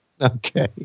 Okay